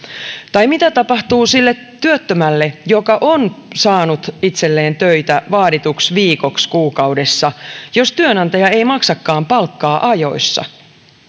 tai mitä tapahtuu sille työttömälle joka on saanut itselleen töitä vaadituksi viikoksi kuukaudessa jos työnantaja ei maksakaan palkkaa ajoissa